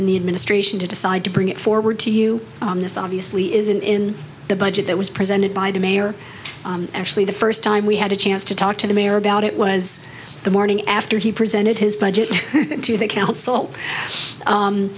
in the administration to decide to bring it forward to you on this obviously is in the budget that was presented by the mayor actually the first time we had a chance to talk to the mayor about it was the morning after he presented his budget to the council